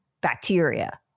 bacteria